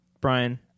Brian